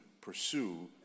pursue